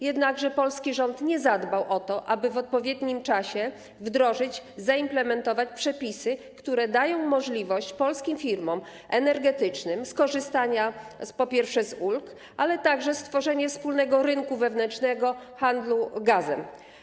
Jednakże polski rząd nie zadbał o to, aby w odpowiednim czasie wdrożyć, zaimplementować przepisy, które dają możliwość polskim firmom energetycznym skorzystania z ulg, ale także stworzenia wspólnego rynku wewnętrznego handlu gazem.